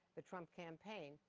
the trump campaign,